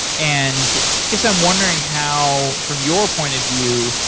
and guess i'm wondering how, from your point of view,